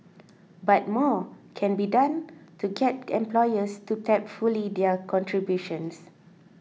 but more can be done to get employers to tap fully their contributions